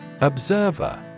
Observer